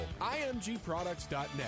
IMGProducts.net